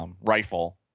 rifle